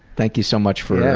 thank you so much for